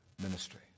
ministry